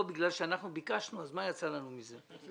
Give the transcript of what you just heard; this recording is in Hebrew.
בגלל שאנחנו ביקשנו אז מה יצא לנו מזה.